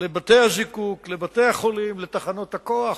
לבתי-הזיקוק, לבתי-החולים ולתחנות הכוח.